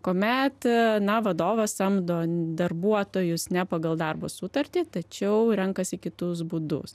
kuomet na vadovas samdo darbuotojus ne pagal darbo sutartį tačiau renkasi kitus būdus